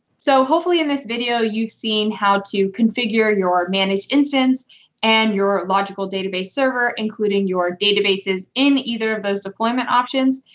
so hopefully, in this video, you've seen how to configure your managed instance and your logical database server, including your databases in either of those deployment options,